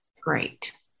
Great